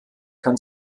kann